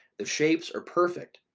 the shapes are perfect,